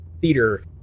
theater